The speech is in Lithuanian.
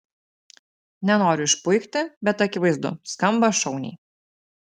nenoriu išpuikti bet akivaizdu skamba šauniai